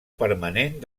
permanent